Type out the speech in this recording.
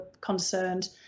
concerned